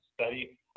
study